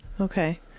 Okay